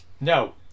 No